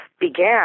began